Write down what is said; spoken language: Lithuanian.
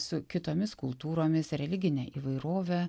su kitomis kultūromis religine įvairove